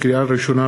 לקריאה ראשונה,